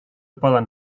poden